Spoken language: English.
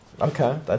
Okay